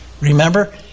Remember